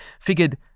figured